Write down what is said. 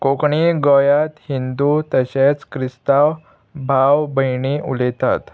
कोंकणी गोंयांत हिंदू तशेंच क्रिस्तांव भाव भयणी उलयतात